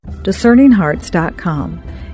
Discerninghearts.com